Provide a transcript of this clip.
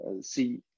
see